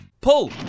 Pull